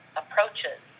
approaches